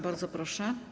Bardzo proszę.